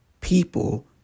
people